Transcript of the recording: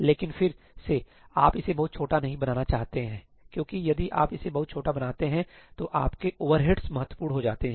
लेकिन फिर से आप इसे बहुत छोटा नहीं बनाना चाहते क्योंकि यदि आप इसे बहुत छोटा बनाते हैं तो आपके ओवरहेड्स महत्वपूर्ण हो जाते हैं